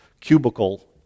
cubicle